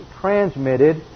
transmitted